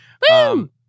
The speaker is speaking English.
boom